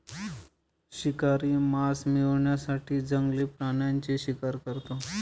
शिकारी मांस मिळवण्यासाठी जंगली प्राण्यांची शिकार करतो